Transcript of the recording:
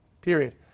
period